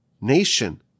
nation